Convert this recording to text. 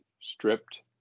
stripped